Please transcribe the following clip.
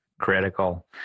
Critical